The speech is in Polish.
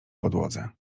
podłodze